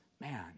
man